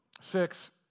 six